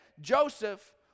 joseph